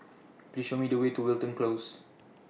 Please Show Me The Way to Wilton Close